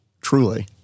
Truly